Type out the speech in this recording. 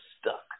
stuck